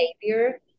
behavior